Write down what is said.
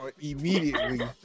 immediately